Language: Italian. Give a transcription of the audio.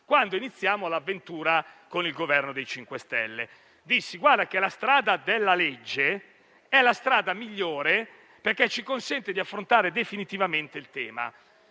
quando iniziammo l'avventura con il Governo dei 5 Stelle. Gli dissi: «Guarda che la strada della legge è la migliore, perché ci consente di affrontare definitivamente il tema».